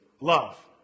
love